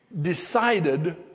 decided